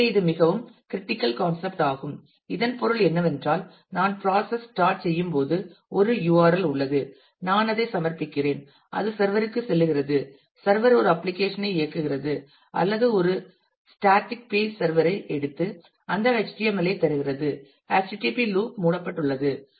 எனவே இது மிகவும் க்ரிட்டிக்கல் கான்செப்ட் ஆகும் இதன் பொருள் என்னவென்றால் நான் ப்ராசஸ் ஸ்டாட் செய்யும்போது ஒரு URL உள்ளது நான் அதைச் சமர்ப்பிக்கிறேன் அது சர்வர் ற்குச் செல்லுகிறது சர்வர் ஒரு அப்ளிகேஷன் ஐ இயக்குகிறது அல்லது அது ஒரு ஸ்டாடிக் பேஜ் சர்வர் ஐ எடுத்து அந்த HTML ஐ தருகிறது http லூப் மூடப்பட்டுள்ளது